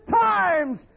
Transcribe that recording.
times